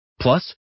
Plus